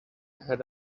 head